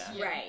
right